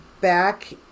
back